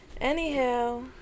Anyhow